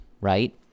right